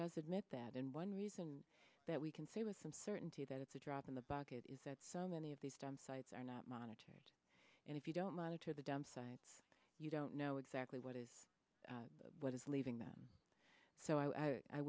does admit that and one reason that we can say with some certainty that it's a drop in the bucket is that so many of these stem it's are not monitored and if you don't monitor the downside you don't know exactly what is what is leading them so i i